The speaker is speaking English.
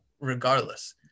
regardless